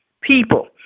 people